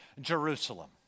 Jerusalem